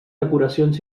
decoracions